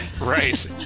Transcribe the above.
Right